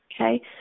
okay